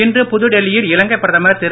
இன்று புதுடெல்லியில் இலங்கை பிரதமர் திரு